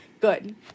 Good